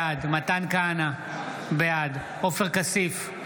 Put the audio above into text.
בעד מתן כהנא, בעד עופר כסיף,